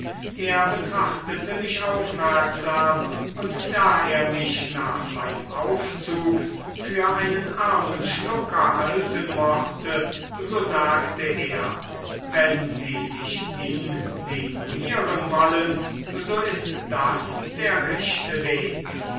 er betrachtete mich aufmerksam und da er mich nach meinem aufzug für einen armen schlucker halten mochte so sagte er wenn sie sich insinuieren wollen so ist das der rechte weg